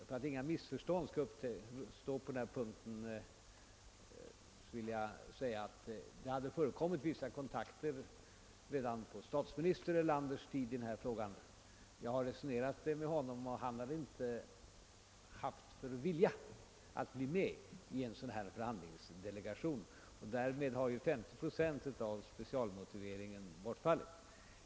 För att inga missförstånd skall uppstå vill jag tala om, att det hade förekommit vissa kontakter i frågan redan på statsminister Erlanders tid. Jag har resonerat med honom, och han har inte önskat bli med i en sådan här förhandlingsdelegation. Därmed har ju 50 procent av specialmotiveringen bortfallit.